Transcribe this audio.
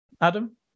Adam